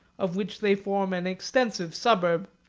of which they form an extensive suburb.